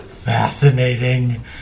Fascinating